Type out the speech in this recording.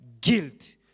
guilt